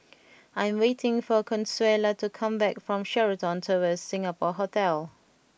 I am waiting for Consuela to come back from Sheraton Towers Singapore Hotel